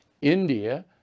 India